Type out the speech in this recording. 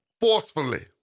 forcefully